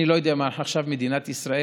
אני לא יודע מה עכשיו מדינת ישראל,